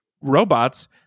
robots